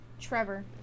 Trevor